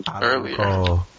earlier